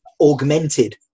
augmented